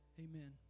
Amen